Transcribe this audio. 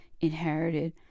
inherited